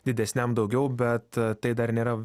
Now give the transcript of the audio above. didesniam daugiau bet tai dar nėra